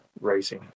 racing